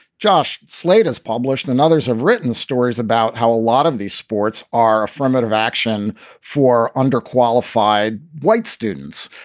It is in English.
josh slate has published and others have written stories about how a lot of these sports are affirmative action for underqualified white students.